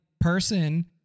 person